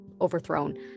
overthrown